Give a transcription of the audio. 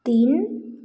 तीन